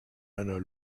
einer